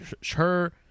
sure